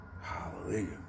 Hallelujah